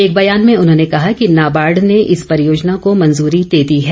एक बयान में उन्होंने कहा कि नाबार्ड ने इस परियोजना को मंजूरी दे दी है